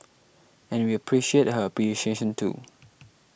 and we appreciate her appreciation too